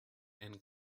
and